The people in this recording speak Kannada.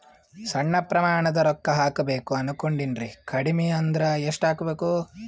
ಸಣ್ಣ ಪ್ರಮಾಣದ ರೊಕ್ಕ ಹಾಕಬೇಕು ಅನಕೊಂಡಿನ್ರಿ ಕಡಿಮಿ ಅಂದ್ರ ಎಷ್ಟ ಹಾಕಬೇಕು?